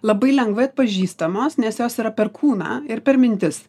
labai lengvai atpažįstamos nes jos yra per kūną ir per mintis